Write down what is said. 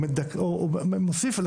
או מוסיף,